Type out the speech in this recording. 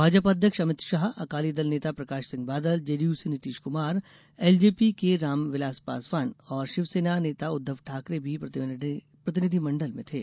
भाजपा अध्यक्ष अमित शाह अकाली दल नेता प्रकाश सिंह बादल जेडीयू से नीतीश कुमार एलजेपी के राम विलास पासवान और शिवसेना नेता उद्वव ठाकरे भी प्रतिनिधिमंडल में थे